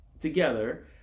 together